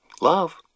Love